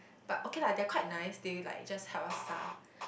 but okay lah they're quite nice they like just help us 调